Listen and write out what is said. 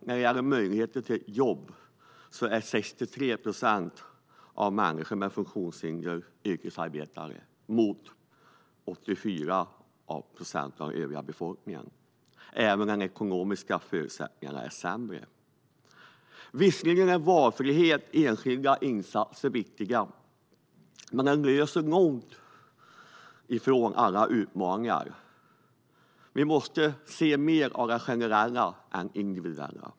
När det gäller möjligheter till jobb är 63 procent av personer med funktionsnedsättning yrkesarbetande. Det ska jämföras med 84 procent av den övriga befolkningen. Även de ekonomiska förutsättningarna är sämre. Visserligen är valfrihet och enskilda insatser viktiga, men det löser långt ifrån alla utmaningar. Vi måste se mer av det generella än det individuella.